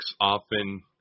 often